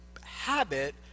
habit